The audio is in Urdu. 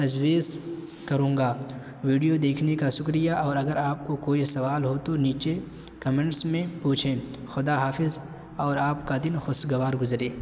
تجویز کروں گا ویڈیو دیکھنے کا شکریہ اور اگر آپ کو کوئی سوال ہو تو نیچے کمنٹس میں پوچھیں خدا حافظ اور آپ کا دن خوشگوار گزرے